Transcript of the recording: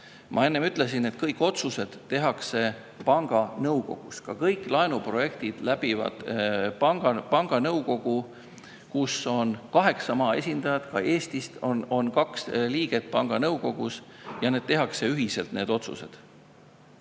ma enne ütlesin: kõik otsused tehakse panga nõukogus. Ka kõik laenuprojektid läbivad panga nõukogu, kus on kaheksa maa esindajad. Eestist on panga nõukogus kaks liiget. Need otsused